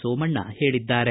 ಸೋಮಣ್ಣ ಹೇಳಿದ್ದಾರೆ